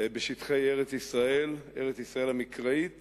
בשטחי ארץ-ישראל המקראית